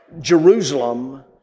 Jerusalem